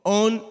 on